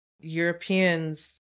Europeans